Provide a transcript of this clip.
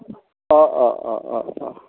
অঁ অঁ অঁ অঁ অঁ